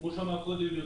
כמו שאמר יותם,